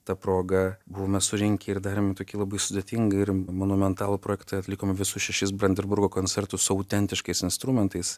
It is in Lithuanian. ta proga buvome surinkę ir darėme tokį labai sudėtingą ir monumentalų projektą atlikome visus šešis branderburgo koncertus su autentiškais instrumentais